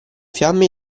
fiamme